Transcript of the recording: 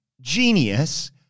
genius